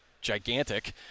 gigantic